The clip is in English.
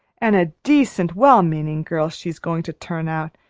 an' a decent, well-meaning girl she's going to turn out,